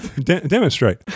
Demonstrate